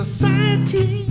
Society